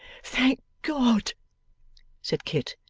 thank god said kit,